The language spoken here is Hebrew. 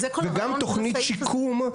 וגם תוכנית שיקום,